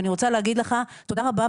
אני רוצה להגיד לך תודה רבה.